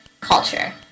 culture